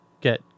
get